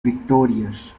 victorious